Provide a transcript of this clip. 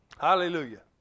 Hallelujah